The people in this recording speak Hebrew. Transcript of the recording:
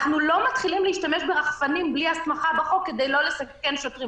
אנחנו לא מתחילים להשתמש ברחפנים בלי הסמכה בחוק כדי לא לסכן שוטרים.